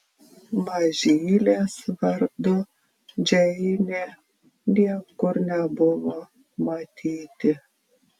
mažylės vardu džeinė niekur nebuvo matyti